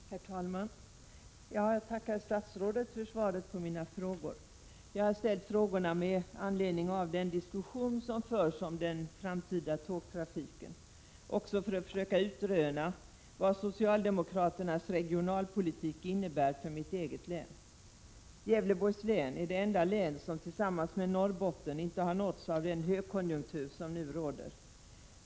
Herr talman! Jag tackar statsrådet för svaret på mina frågor. Jag har ställt frågorna med anledning av den diskussion som förs om den framtida tågtrafiken och för att försöka utröna vad socialdemokraternas regionalpolitik innebär för mitt hemlän. Gävleborgs län är det enda län som tillsammans med Norrbotten inte har nåtts av den högkonjunktur som nu råder.